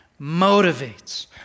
motivates